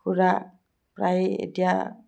ফুৰা প্ৰায় এতিয়া